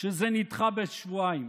שזה נדחה בשבועיים,